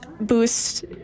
boost